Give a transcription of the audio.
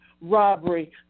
robbery